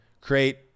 create